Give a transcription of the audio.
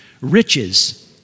Riches